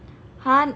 !huh!